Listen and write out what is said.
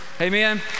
Amen